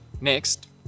next